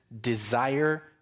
desire